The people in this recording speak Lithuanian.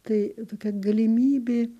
tai tokia galimybė